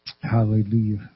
Hallelujah